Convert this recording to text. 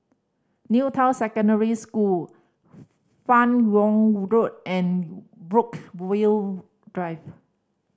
New Town Secondary School Fan Yoong Road and Brookvale Drive